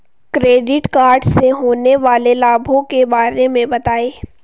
Credit card से होने वाले लाभों के बारे में बताएं?